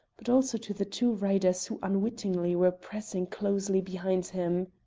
but also to the two riders who unwittingly were pressing closely behind him.